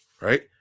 right